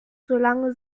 solange